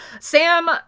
Sam